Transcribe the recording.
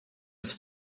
his